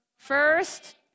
First